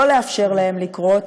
לא לאפשר לזה לקרות,